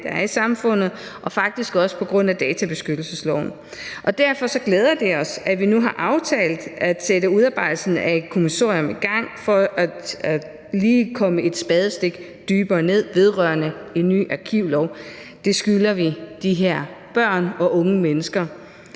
der er i samfundet, og faktisk også på grund af databeskyttelsesloven. Derfor glæder det os, at vi nu har aftalt at sætte udarbejdelsen af et kommissorium i gang for lige at komme et spadestik dybere ned vedrørende en ny arkivlov. Det skylder vi de her børn og unge mennesker,